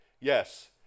Yes